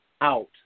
out